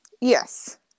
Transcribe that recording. yes